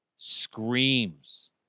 Screams